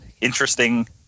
interesting